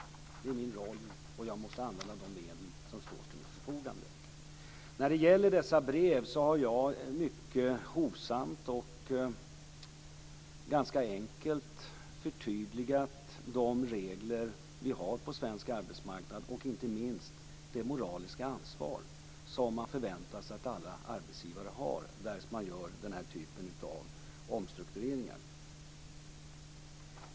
Det är min roll, och jag måste använda de medel som står till mitt förfogande. När det gäller breven i fråga har jag mycket hovsamt och ganska enkelt förtydligat de regler som vi har på svensk arbetsmarknad och inte minst det moraliska ansvar som man förväntar sig att alla arbetsgivare har därest den här typen av omstruktureringar görs.